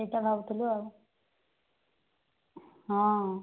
ସେଇ ତ ଭାବୁଥିଲୁ ଆଉ ହଁ